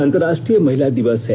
अंतर्राष्ट्रीय महिला दिवस आज है